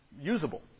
usable